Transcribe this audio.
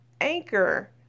Anchor